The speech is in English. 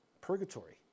Purgatory